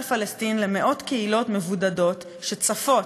פלסטין למאות קהילות מבודדות שצפות,